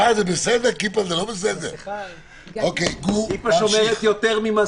אוקיי, גור, תמשיך.